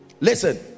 Listen